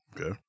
Okay